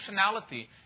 functionality